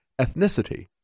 ethnicity